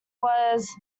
was